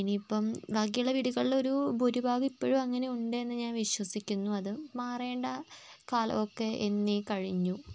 ഇനിയിപ്പം ബാക്കിയുള്ള വീടുകളിൽ ഒരു ഭൂരിഭാഗവും ഇപ്പോഴും അങ്ങനെയുണ്ട് എന്ന് ഞാൻ വിശ്വസിക്കുന്നു അത് മാറേണ്ട കാലം ഒക്കെ എന്നേ കഴിഞ്ഞു